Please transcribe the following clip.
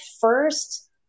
first